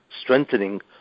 strengthening